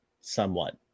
somewhat